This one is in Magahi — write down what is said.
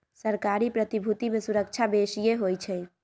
सरकारी प्रतिभूति में सूरक्षा बेशिए होइ छइ